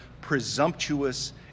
presumptuous